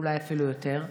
אולי אפילו יותר.